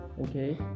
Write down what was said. okay